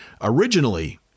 Originally